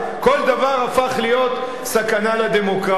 כל דבר הפך להיות סכנה לדמוקרטיה.